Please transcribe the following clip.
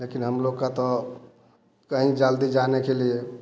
लेकिन हम लोग का तो कहीं जल्दी जाने के लिए